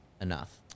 enough